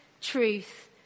truth